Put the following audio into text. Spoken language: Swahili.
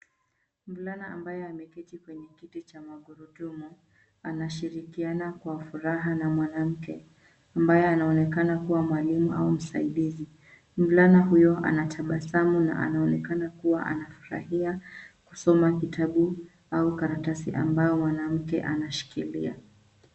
Mvulana ambaye ameketi kwenye kiti cha magurudumu anashirikiana kwa furaha na mwanamke ambaye anaonekana kuwa mwalimu au msaidizi. Mvulana huyo anatabasamu na anaonekana kuwa anafurahia kusoma kitabu au karatasi ambayo mwanamke anashikilia.